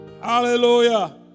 Hallelujah